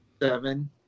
Seven